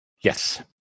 Yes